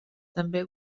també